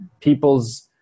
people's